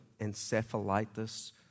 encephalitis